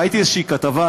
ראיתי איזושהי כתבה,